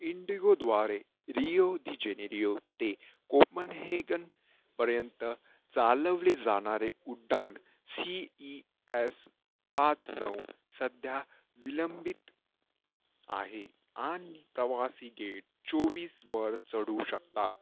इंडिगोद्वारे Rio de Janeiro ते कोपनहेगनपर्यंत चालवले जाणारे उड्डाण सी ई एस पाच नऊ सध्या विलंबित आहे आणि प्रवासी गेट चोवीसवर चढू शकतात